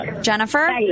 Jennifer